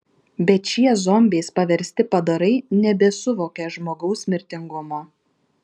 bet šie zombiais paversti padarai nebesuvokė žmogaus mirtingumo